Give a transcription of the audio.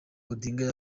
odinga